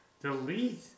Delete